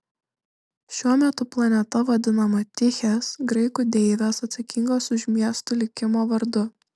šiuo metu planeta vadinama tichės graikų deivės atsakingos už miestų likimą vardu